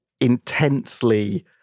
intensely